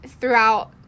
Throughout